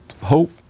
hope